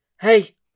Hey